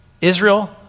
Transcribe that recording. Israel